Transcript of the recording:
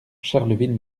charleville